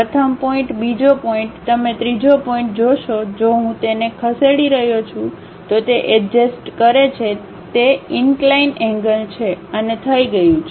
પ્રથમ પોઇન્ટ બીજો પોઇન્ટ તમે ત્રીજો પોઇન્ટ જોશો જો હું તેને ખસેડી રહ્યો છું તો તે અડજસ્ટ કરે છે તે ઈનક્લાઈન એન્ગ્લ છે અને થઈ ગયું છે